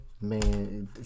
man